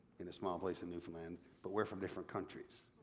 in a small place in newfoundland, but we're from different countries.